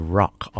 rock